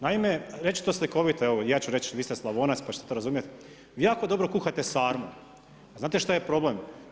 Naime reći ću to slikovito, evo i ja ću reći, vi ste Slavonac, pa ćete to razumjeti, vi jako dobro kuhate sarmu, a znate što je problem?